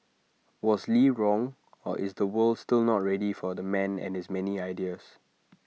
was lee wrong or is the world still not ready for the man and his many ideas